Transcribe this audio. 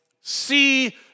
see